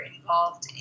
involved